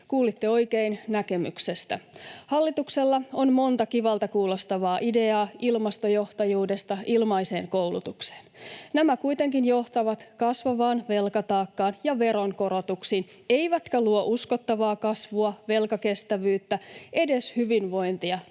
Kuulitte oikein, näkemyksestä. Hallituksella on monta kivalta kuulostavaa ideaa ilmastojohtajuudesta ilmaiseen koulutukseen. Nämä kuitenkin johtavat kasvavaan velkataakkaan ja veronkorotuksiin eivätkä luo uskottavaa kasvua, velkakestävyyttä, edes hyvinvointia